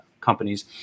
companies